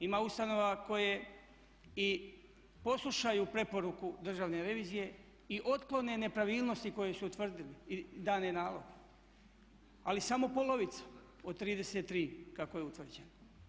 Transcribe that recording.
Ima ustanove koje i poslušaju preporuku Državne revizije i otklone nepravilnosti koje su utvrdili, dan je nalog ali samo polovicu od 33 kako je utvrđeno.